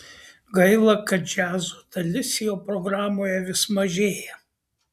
gaila kad džiazo dalis jo programoje vis mažėja